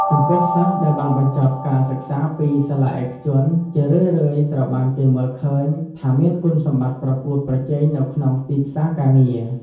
ចំពោះ សិស្សដែលបានបញ្ចប់ការសិក្សាពីសាលាឯកជន ជារឿយៗត្រូវបានគេមើលឃើញថាមានគុណសម្បត្តិប្រកួតប្រជែងនៅក្នុងទីផ្សារការងារ។